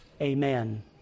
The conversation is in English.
amen